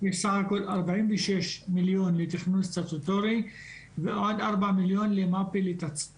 בסך הכל ארבעים ושש מיליון לתכנון סטטוטורי ועוד ארבע מיליון לתצ"רים,